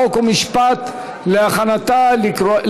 חוק ומשפט נתקבלה.